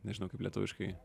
nežinau kaip lietuviškai